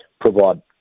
provide